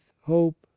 hope